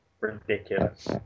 ridiculous